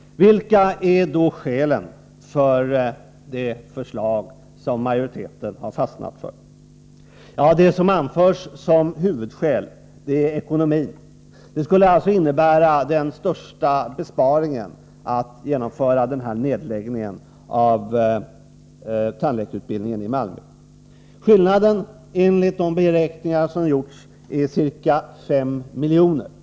Vilka är då skälen för det förslag som majoriteten har fastnat för? Det som anförs som huvudskäl är ekonomin. Det skulle innebära den största besparingen att genomföra nedläggningen av tandläkarutbildningen i Malmö. Skillnaden, enligt de beräkningar som gjorts, är ca 5 milj.kr.